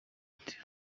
ati